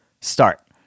start